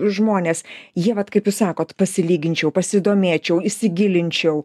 žmonės jie vat kaip jūs sakot pasilyginčiau pasidomėčiau įsigilinčiau